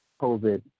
COVID